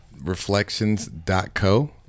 Reflections.co